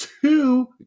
two